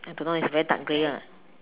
I don't know it's very dark grey lah